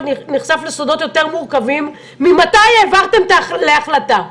נחשף לסודות יותר מורכבים ממתי העברתם להחלטה.